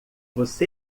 você